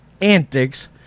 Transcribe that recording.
antics